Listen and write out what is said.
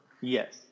Yes